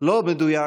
לא מדויק,